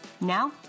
Now